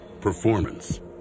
Performance